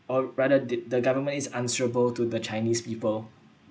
or rather th~ the government is answerable to the chinese people